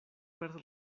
per